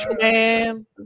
man